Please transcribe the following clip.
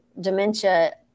dementia